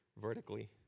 vertically